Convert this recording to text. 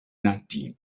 nineteen